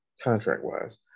contract-wise